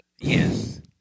Yes